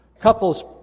Couples